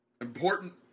Important